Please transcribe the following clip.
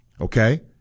okay